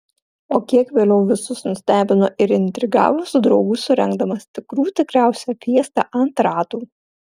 o kiek vėliau visus nustebino ir intrigavo su draugu surengdamas tikrų tikriausią fiestą ant ratų